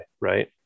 right